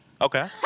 Okay